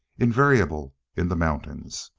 invariable in the mountains.